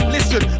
Listen